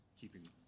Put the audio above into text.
keeping